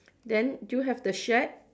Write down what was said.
then do you have the shed